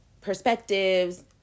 perspectives